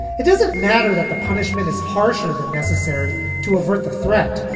it doesn't matter that the punishment is harsher than necessary to avert the threat.